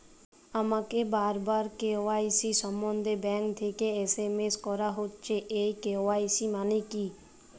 আমাকে বারবার কে.ওয়াই.সি সম্বন্ধে ব্যাংক থেকে এস.এম.এস করা হচ্ছে এই কে.ওয়াই.সি মানে কী?